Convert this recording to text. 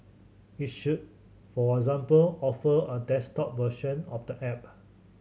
it should for example offer a desktop version of the app